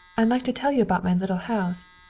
i'd like to tell you about my little house.